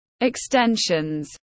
extensions